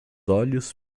olhos